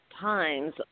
times